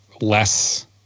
less